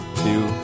two